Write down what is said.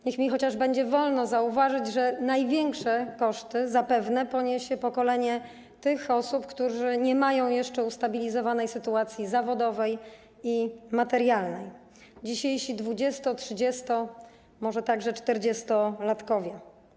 Niech mi chociaż będzie wolno zauważyć, że największe koszty zapewne poniesie pokolenie tych osób, które nie mają jeszcze ustabilizowanej sytuacji zawodowej i materialnej, dzisiejsi 20-, 30-, a może także 40-latkowie.